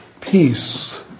Peace